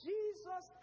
Jesus